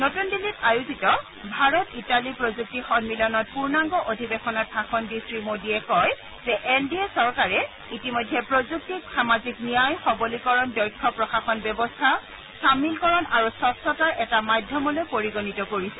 নতুন দিল্লীত আয়োজিত ভাৰত ইটালী প্ৰযুক্তি সমিলনত পূৰ্ণাংগ অধিৱেশনত ভাষণ দি শ্ৰী মোডীয়ে কয় যে এন ডি এ চৰকাৰে ইতিমধ্যে প্ৰযুক্তিক সামাজিক ন্যায় সবলীকৰণ দক্ষ প্ৰশাসন ব্যৱস্থা চামিলকৰণ আৰু স্বচ্ছতাৰ এটা মাধ্যমলৈ পৰিণত কৰিছে